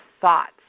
thoughts